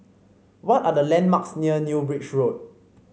what are the landmarks near New Bridge Road